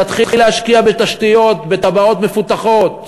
תתחיל להשקיע בתשתיות, בתב"עות מפותחות,